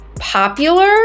popular